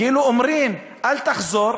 כאילו אומרים: אל תחזור,